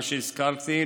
מה שהזכרתי,